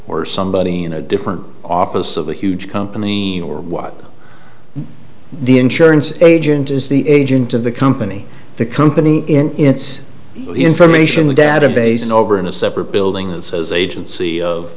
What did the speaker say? or somebody in a different office of a huge company or what the insurance agent is the agent of the company the company in its information the database is over in a separate building that says agency of